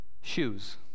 shoes